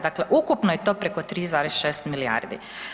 Dakle, ukupno je to preko 3,6 milijardi.